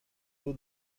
will